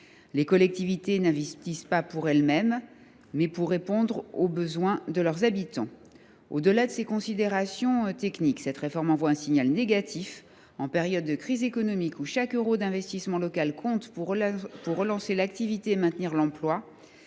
Les collectivités investissent non pas pour elles mêmes, mais pour répondre aux besoins de leurs habitants. Au delà de ces considérations techniques, cette réforme envoie un signal négatif dans une période de crise économique où chaque euro d’investissement local compte pour relancer l’activité et maintenir l’emploi.